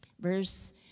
Verse